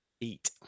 eat